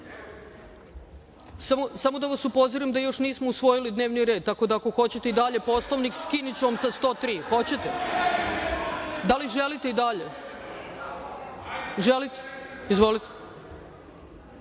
da vas upozorim da još nismo usvojili dnevni red, tako da ako hoćete i dalje Poslovnik, skinuću vam sa 103. Hoćete? Da li želite i dalje? Želite. Izvolite.